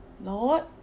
Lord